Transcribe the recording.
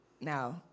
now